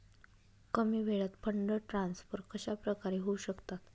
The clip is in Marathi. कमी वेळात फंड ट्रान्सफर कशाप्रकारे होऊ शकतात?